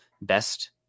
best